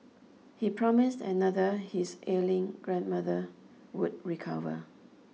he promised another his illing grandmother would recover